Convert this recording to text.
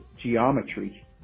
geometry